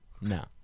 no